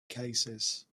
cases